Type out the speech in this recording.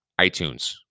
iTunes